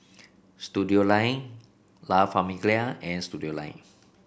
Studioline La Famiglia and Studioline